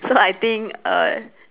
so I think err